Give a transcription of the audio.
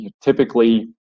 typically